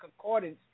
concordance